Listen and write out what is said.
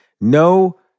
No